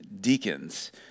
deacons